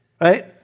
Right